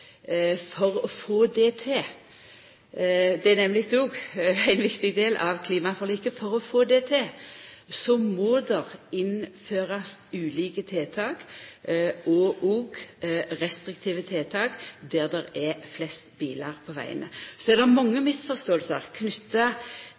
Det er nemleg òg ein viktig del av klimaforliket. For å få det til, må det innførast ulike tiltak – òg restriktive tiltak – der det er flest bilar på vegane. Så er det mange